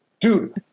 Dude